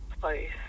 place